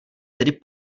tedy